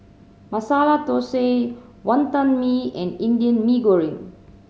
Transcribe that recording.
Masala Thosai Wonton Mee and Indian Mee Goreng